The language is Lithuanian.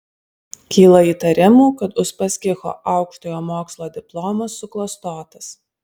kyla įtarimų kad uspaskicho aukštojo mokslo diplomas suklastotas